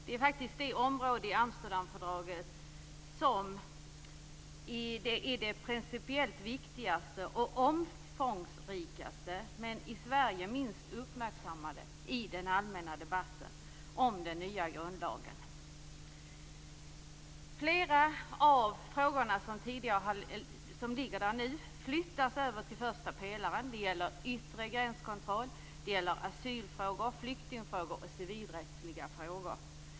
Det är det område i Amsterdamfördraget som är det principiellt viktigaste och omfångsrikaste, men i Sverige det minst uppmärksammade området i den allmänna debatten om den nya grundlagen. Flera frågor flyttas nu över till första pelaren. Det gäller yttre gränskontroll, asylfrågor, flyktingfrågor och civilrättsliga frågor.